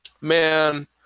man